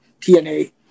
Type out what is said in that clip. TNA